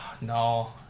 no